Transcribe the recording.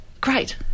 great